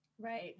Right